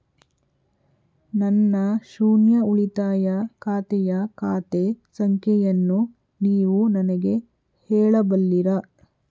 ನನ್ನ ಶೂನ್ಯ ಉಳಿತಾಯ ಖಾತೆಯ ಖಾತೆ ಸಂಖ್ಯೆಯನ್ನು ನೀವು ನನಗೆ ಹೇಳಬಲ್ಲಿರಾ?